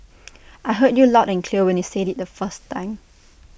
I heard you loud and clear when you said IT the first time